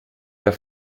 der